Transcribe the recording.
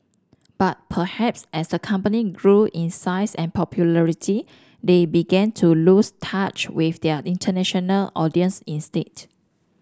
but perhaps as the company grew in size and popularity they began to lose touch with their international audience instead